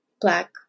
Black